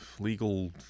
Legal